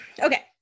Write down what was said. okay